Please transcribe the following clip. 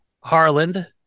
Harland